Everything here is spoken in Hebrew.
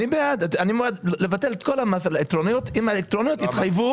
אני בעד לבטל את כל המס על האלקטרוניות אם האלקטרוניות יתחייבו